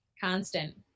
constant